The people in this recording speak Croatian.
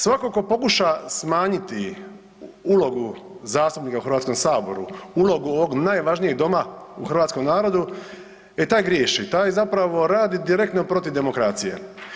Svako ko pokuša smanjiti ulogu zastupnika u HS, ulogu ovog najvažnijeg doma u hrvatskom narodu, e taj griješi, taj zapravo radi direktno protiv demokracije.